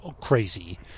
crazy